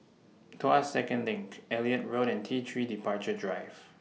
Tuas Second LINK Elliot Road and T three Departure Drive